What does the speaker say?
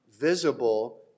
visible